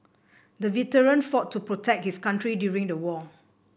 the veteran fought to protect his country during the war